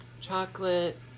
Chocolate